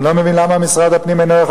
אני לא מבין למה משרד הפנים אינו יכול